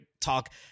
talk